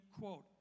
quote